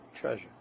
treasure